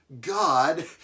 God